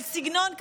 על סגנון כזה,